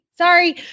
Sorry